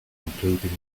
concluding